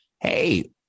Hey